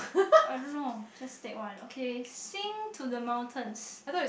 I don't know just take one okay sing to the mountains